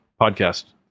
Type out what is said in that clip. podcast